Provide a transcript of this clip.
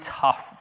tough